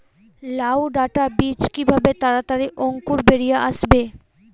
লাউ ডাটা বীজ কিভাবে তাড়াতাড়ি অঙ্কুর বেরিয়ে আসবে?